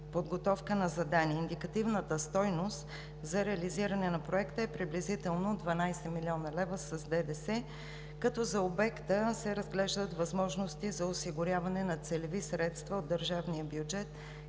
подготовка на задание. Индикативната стойност за реализиране на проекта е приблизително 12 млн. лв. с ДДС. За обекта се разглеждат възможности за осигуряване на целеви средства от държавния бюджет